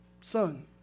son